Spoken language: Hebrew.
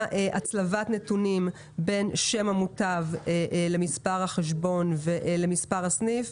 הצלבת נתונים בין שם המוטב למספר החשבון ולמספר הסניף.